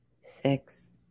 six